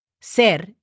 Ser